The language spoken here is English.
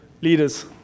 leaders